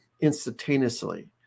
instantaneously